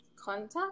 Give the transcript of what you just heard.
contact